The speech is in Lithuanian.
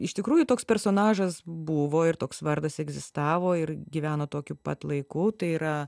iš tikrųjų toks personažas buvo ir toks vardas egzistavo ir gyveno tokiu pat laiku tai yra